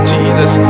Jesus